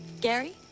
Gary